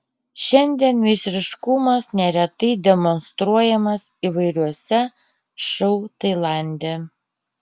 šiandien meistriškumas neretai demonstruojamas įvairiuose šou tailande